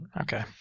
Okay